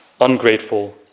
ungrateful